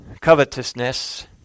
covetousness